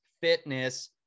fitness